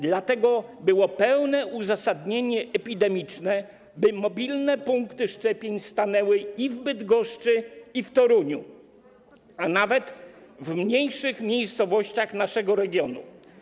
Dlatego było pełne uzasadnienie epidemiczne, by mobilne punkty szczepień stanęły i w Bydgoszczy, i w Toruniu, a nawet w mniejszych miejscowościach naszego regionu.